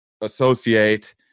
associate